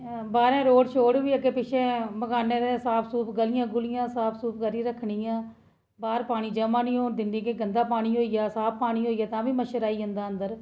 बाहरें रोज स्टोर पिच्छें बगानें दे साफ सूफ गलियां गुलियां साफ सूफ करी रक्खनियां बाहर पानी जमा नीं होन दिंदी गंदा पानी होइया साफ पानी होइया तां बी मच्छर आई जंदा अंदर